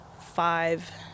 five